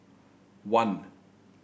one